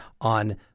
on